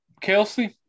Kelsey